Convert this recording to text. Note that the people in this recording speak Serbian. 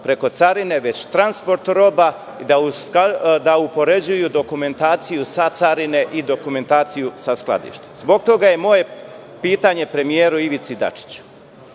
preko carine, već transport roba, da upoređuju dokumentaciju sa carine i dokumentaciju sa skladišta. Zbog toga je moje pitanje premijeru Ivici Dačiću.